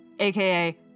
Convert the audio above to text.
AKA